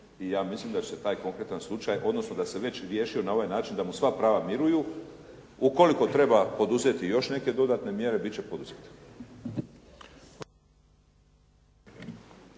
i ja mislim da će se taj konkretan slučaj odnosno da se već riješio na ovaj način da mu sva prava miruju. Ukoliko treba poduzeti još neke dodatne mjere bit će poduzete.